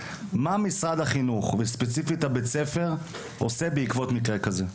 מה משרד החינוך וספציפית בית הספר עושה בעקבות מקרה כזה?